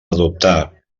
adoptar